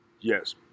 Yes